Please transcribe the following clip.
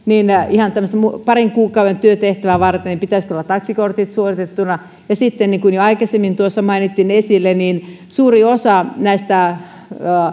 ihan tämmöistä parin kuukauden työtehtävää vartenko pitäisi olla taksikortit suoritettuna ja sitten niin kuin jo aikaisemmin tuossa mainitsin suuri osa näistä